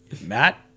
Matt